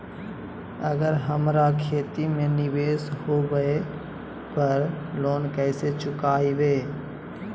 अगर हमरा खेती में निवेस होवे पर लोन कैसे चुकाइबे?